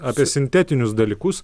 apie sintetinius dalykus